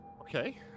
Okay